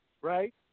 right